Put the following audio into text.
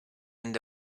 end